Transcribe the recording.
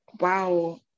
wow